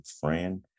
friend